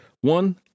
One